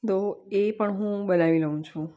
તો એ પણ હું બનાવી લઉં છું